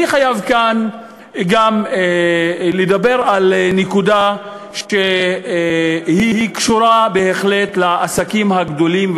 אני חייב כאן גם לדבר על נקודה שקשורה בהחלט לעסקים הגדולים,